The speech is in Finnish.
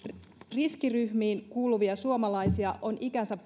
riskiryhmiin kuuluvia suomalaisia on ikänsä